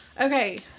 okay